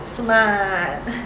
smart